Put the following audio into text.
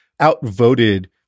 outvoted